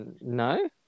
No